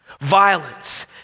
Violence